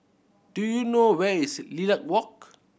do you know where is Lilac Walk